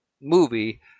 movie